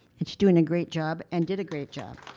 and she's doing a great job, and did a great job.